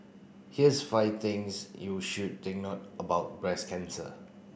here's five things you should take note about breast cancer